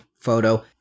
photo